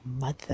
mother